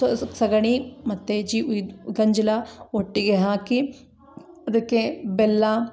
so ಸಗಣಿ ಮತ್ತು ಜೀವಿದು ಗಂಜಲ ಒಟ್ಟಿಗೆ ಹಾಕಿ ಅದಕ್ಕೆ ಬೆಲ್ಲ